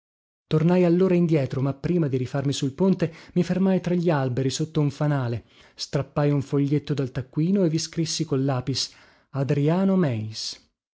tornai allora indietro ma prima di rifarmi sul ponte mi fermai tra gli alberi sotto un fanale strappai un foglietto dal taccuino e vi scrissi col lapis adriano meis